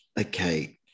okay